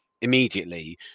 immediately